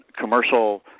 commercial